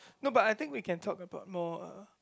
no but I think we can talk about more uh